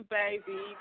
baby